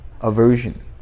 aversion